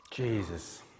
Jesus